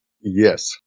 Yes